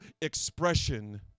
expression